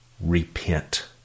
repent